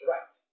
Right